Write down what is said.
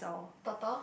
turtle